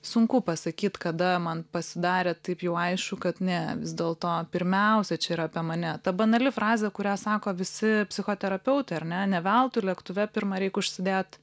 sunku pasakyt kada man pasidarė taip jau aišku kad ne vis dėlto pirmiausia čia yra apie mane ta banali frazė kurią sako visi psichoterapeutai ar ne ne veltui lėktuve pirma reik užsidėt